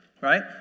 Right